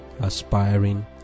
aspiring